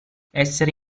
essere